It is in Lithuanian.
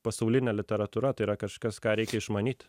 pasaulinė literatūra tai yra kažkas ką reikia išmanyt